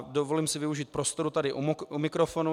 Dovolím si využít prostoru tady u mikrofonu.